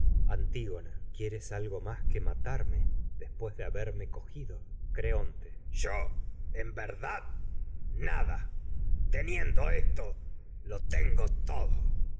antígona quieres algo más que matarme des pués de haberme cogido tragedias de sófocles creonte yo en verdad nada teniendo esto lo tengo todo